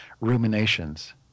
ruminations